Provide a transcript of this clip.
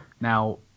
Now